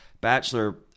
bachelor